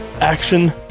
Action